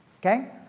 Okay